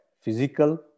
physical